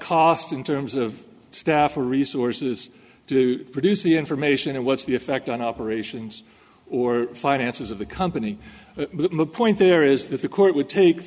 cost in terms of staff or resources to produce the information and what's the effect on operations or finances of the company the point there is that the court would take the